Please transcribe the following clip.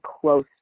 close